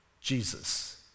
Jesus